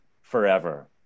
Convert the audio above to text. forever